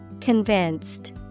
Convinced